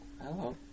hello